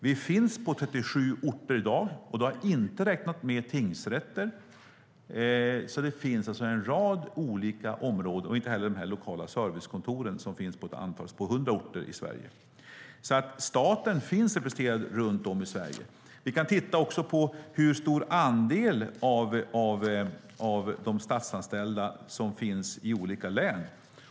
Vi finns i dag på 37 orter, och då har jag inte räknat med tingsrätter och lokala servicekontor, som finns på 100 orter i Sverige. Staten finns alltså representerad runt om i Sverige. Vi kan titta på hur stor andel av de statsanställda som finns i olika län.